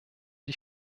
die